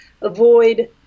avoid